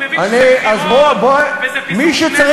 אני מבין שזה